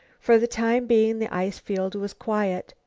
for the time being the ice-field was quiet.